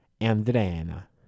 Andrea